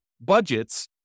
budgets